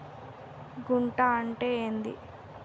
గుంట అంటే ఏంది?